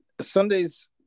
Sundays